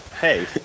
hey